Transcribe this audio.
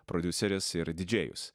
prodiuseris ir didžėjus